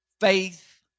faith